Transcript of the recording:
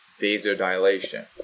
vasodilation